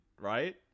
right